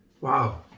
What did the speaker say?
Wow